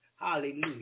Hallelujah